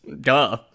Duh